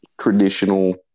traditional